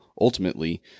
ultimately